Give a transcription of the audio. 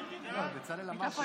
נמנעים.